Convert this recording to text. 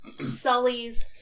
Sully's